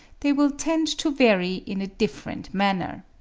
they will tend to vary in a different manner.